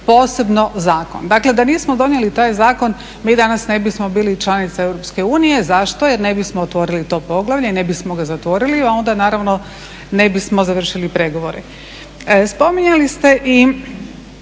posebno zakon. Dakle, da nismo donijeli taj zakon mi danas ne bismo bili članica EU. Zašto? Jer ne bismo otvorili to poglavlje, ne bismo ga zatvorili, a onda naravno ne bismo završili pregovore. Spominjali ste i